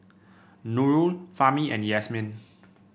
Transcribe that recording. Nurul Fahmi and Yasmin